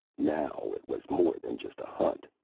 now it was more than just a hunt.